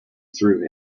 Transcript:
through